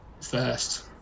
first